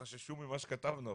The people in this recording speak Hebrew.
חששו ממה שכתבנו,